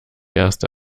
erste